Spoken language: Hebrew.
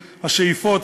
השאיפות,